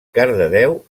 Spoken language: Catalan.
cardedeu